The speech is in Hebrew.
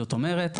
זאת אומרת,